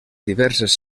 diverses